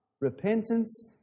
Repentance